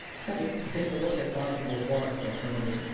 second. to take a look at possible cost alternatives.